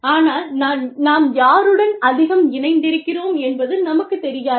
ஆனால் நாம் யாருடன் அதிகம் இணைந்திருக்கிறோம் என்பது நமக்குத் தெரியாது